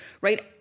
right